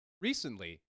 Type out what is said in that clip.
Recently